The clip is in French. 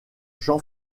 jean